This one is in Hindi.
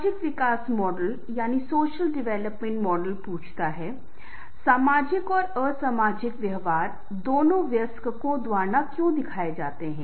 सामाजिक विकास मॉडल पूछता है सामाजिक और असामाजिक व्यवहार दोनों वयस्कों द्वारा क्यों दिखाए जाते हैं